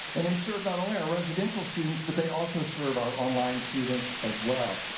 and they serve not only our residential students, but they also serve our online students as well.